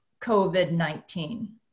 COVID-19